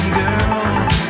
girls